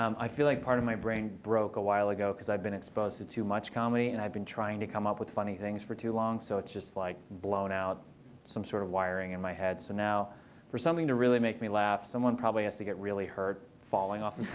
um i feel like part of my brain broke a while ago because i've been exposed to too much comedy. and i've been trying to come up with funny things for too long. so it's just like, blown out some sort of wiring in my head. so now for something to really make me laugh, someone probably has to get really hurt falling off